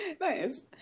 Nice